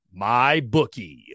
MyBookie